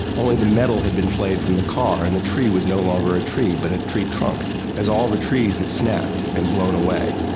only the metal had been flayed from the car and the tree was no longer a tree but a tree trunk as all the trees had snapped and blown away.